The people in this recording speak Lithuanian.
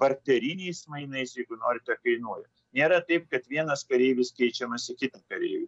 barteriniais mainais jeigu norite kainuoja nėra taip kad vienas kareivis keičiamas į kitą kareivį